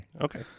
Okay